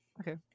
okay